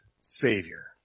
Savior